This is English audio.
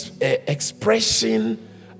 expression